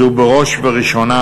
זו בראש ובראשונה,